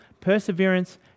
perseverance